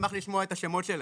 אשמח לשמוע את השמות שלהם,